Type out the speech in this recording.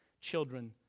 children